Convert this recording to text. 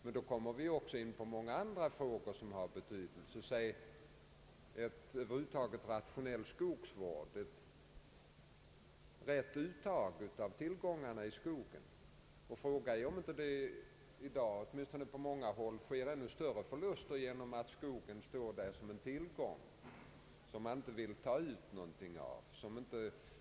Men då kommer man även in på många andra frågor som har betydelse — rationell skogsvård över huvud taget, rätt uttag av tillgångarna i skogen etc. Frågan är om det inte i dag på många håll blir ännu större förluster genom att skogen står som en tillgång som vederbörande inte vill ta ut någonting av.